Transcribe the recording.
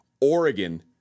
Oregon